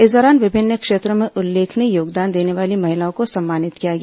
इस दौरान विभिन्न क्षेत्रों में उल्लेखनीय योगदान देने वाली महिलाओं को सम्मानित किया गया